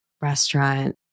restaurant